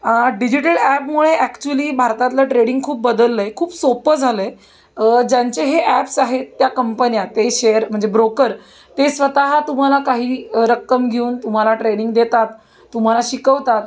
आ digital ॲपमुळे actually भारतातलं trading खूप बदललं आहे खूप सोपं झालं आहे ज्यांचे हे ॲप्स आहेत त्या कंपन्या ते शेअर म्हणजे ब्रोकर ते स्वतः तुम्हाला काही रक्कम घेऊन तुम्हाला ट्रेनिंग देतात तुम्हाला शिकवतात